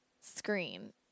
screen